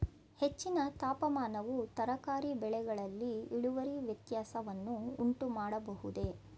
ಹೆಚ್ಚಿನ ತಾಪಮಾನವು ತರಕಾರಿ ಬೆಳೆಗಳಲ್ಲಿ ಇಳುವರಿ ವ್ಯತ್ಯಾಸವನ್ನು ಉಂಟುಮಾಡಬಹುದೇ?